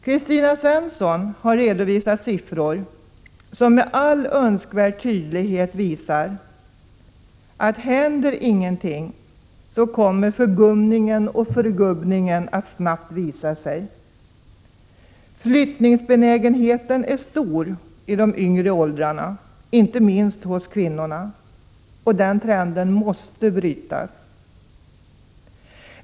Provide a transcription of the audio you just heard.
Kristina Svensson har redovisat siffror som med all önskvärd tydlighet visar att händer ingenting så kommer förgumningen och förgubbningen att snabbt visa sig. Flyttningsbenägenheten är stor i de yngre åldrarna, inte minst hos kvinnorna. Den trenden måste brytas.